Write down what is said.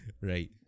Right